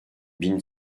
bin